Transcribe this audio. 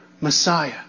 Messiah